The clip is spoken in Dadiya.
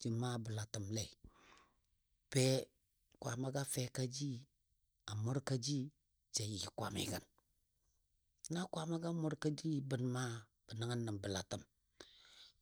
jə maa bəlatəmle be Kwaama ga a fɛka ji a mʊrka ji ja yɨ kwamigən. Na kwaamagɔ a mʊrka ji bən ma bə nəng nə bəlatəm.